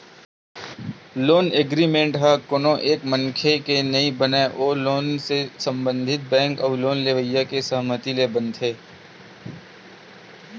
loan agreement ह कोनो एक मनखे के नइ बनय ओ लोन ले संबंधित बेंक अउ लोन लेवइया के सहमति ले बनथे